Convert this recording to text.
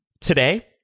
Today